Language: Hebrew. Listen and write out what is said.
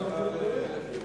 נתקבלה.